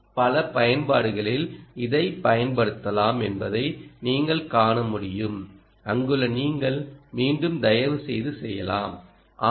பல பயன்பாடுகளில் இதைப் பயன்படுத்தலாம் என்பதை நீங்கள் காண முடியும் அங்கு நீங்கள் மீண்டும் தயவுசெய்து செய்யலாம் ஆம்